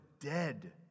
dead